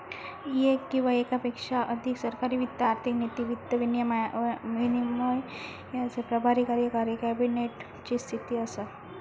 येक किंवा येकापेक्षा अधिक सरकारी वित्त आर्थिक नीती, वित्त विनियमाचे प्रभारी कार्यकारी कॅबिनेट ची स्थिती असा